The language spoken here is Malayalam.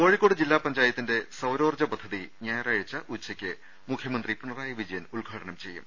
കോഴിക്കോട് ജില്ലാ പഞ്ചായത്തിന്റെ സൌരോർജ്ജ പദ്ധതി ഞായറാഴ്ച ഉച്ചയ്ക്ക് മുഖ്യമന്ത്രി പിണറായി വിജയൻ ഉദ്ഘാടനം ചെയ്യും